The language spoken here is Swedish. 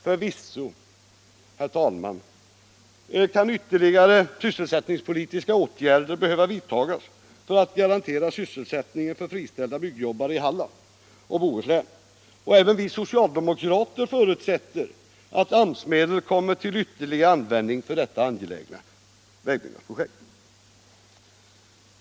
Förvisso kan ytterligare sysselsättningspolitiska åtgärder behöva vidtagas för att garantera sysselsättningen för friställda byggjobbare i Halland och Bohuslän, och även vi socialdemokrater förutsätter att AMS-medel kommer till ytterligare användning för detta angelägna vägprojekt.